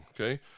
okay